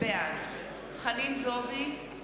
בעד חנין זועבי,